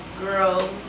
girl